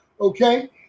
okay